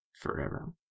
forever